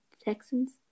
Texans